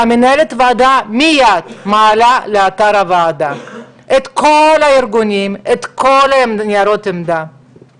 מנהלת הוועדה מיד מעלה לאתר הוועדה את כל ניירות העמדה של כל הארגונים.